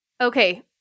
Okay